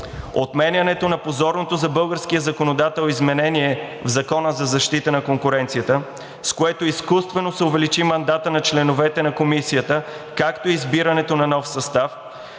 Отменянето на позорното за българския законодател изменение в Закона за защита на конкуренцията, с което изкуствено се увеличи мандатът на членовете на Комисията, както и избирането на нов състав,